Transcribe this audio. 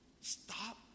Stop